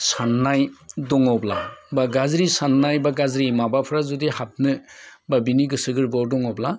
साननाय दङब्ला बा गाज्रि साननाय बा गाज्रि माबाफ्रा जुदि हाबनो बा बिनि गोसो गोरबोआव दङब्ला